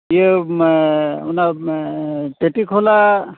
ᱤᱭᱟᱹ ᱱᱚᱣᱟ ᱚᱱᱟ ᱴᱟ ᱴᱤ ᱠᱷᱚᱞᱟ